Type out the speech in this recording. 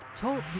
Talk